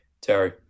Terry